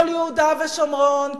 כל יהודה ושומרון,